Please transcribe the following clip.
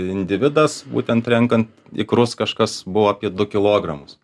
individas būtent renkant ikrus kažkas buvo apie du kilogramus